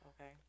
okay